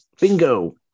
Bingo